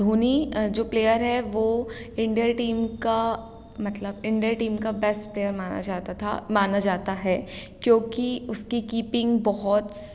धोनी जो प्लेयर है वो इंडिया टीम का मतलब इंडिया टीम का बेस्ट प्लेयर माना जाता था माना जाता है क्योंकि उसकी कीपिंग बहुत